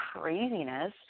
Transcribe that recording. craziness